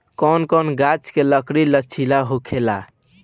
कौनो कौनो गाच्छ के लकड़ी लचीला होखेला